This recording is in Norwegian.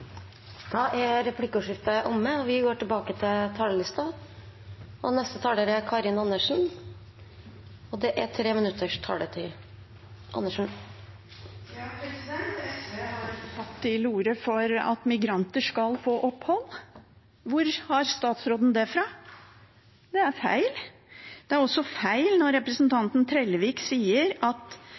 er omme. De talere som heretter får ordet, har også en taletid på inntil 3 minutter. SV har ikke tatt til orde for at migranter skal få opphold. Hvor har statsråden det fra? Det er feil. Det er også feil når representanten Trellevik sier at